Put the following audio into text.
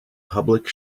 public